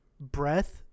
breath